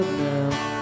now